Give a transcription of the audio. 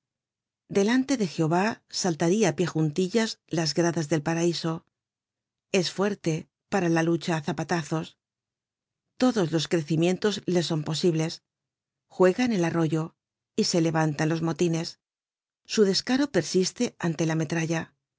delante de jehová saltaria á pie juntillas las gradas del paraiso es fuerte para la lucha á zapatazos todos los crecimientos le son posibles juega en el arroyo y se levanta en los motines su descaro persiste ante la metralla